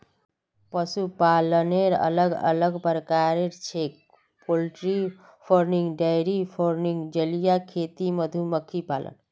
पशुपालनेर अलग अलग प्रकार छेक पोल्ट्री फार्मिंग, डेयरी फार्मिंग, जलीय खेती, मधुमक्खी पालन